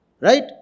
right